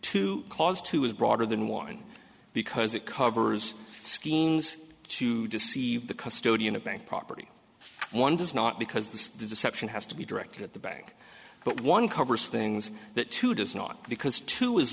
to cause two is broader than one because it covers schemes to deceive the custody in a bank property one does not because the deception has to be directed at the bank but one covers things that two does not because two is